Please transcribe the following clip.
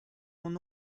mon